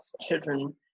children